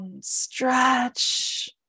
Stretch